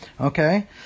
okay